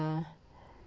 ah